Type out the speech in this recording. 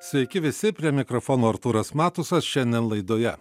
sveiki visi prie mikrofono artūras matusas šiandien laidoje